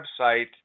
website